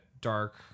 dark